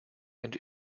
and